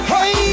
Hey